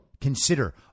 consider